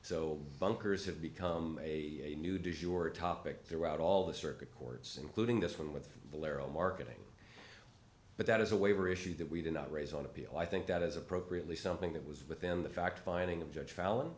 so bunkers have become a new dish or topic throughout all the circuit courts including this one with the larry marketing but that is a waiver issue that we did not raise on appeal i think that is appropriately something that was within the fact finding of judge fallon